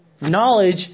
Knowledge